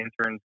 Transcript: interns